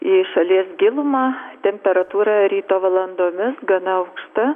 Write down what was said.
į šalies gilumą temperatūra ryto valandomis gana aukšta